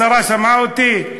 השרה שמעה אותי?